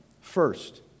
First